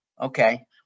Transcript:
okay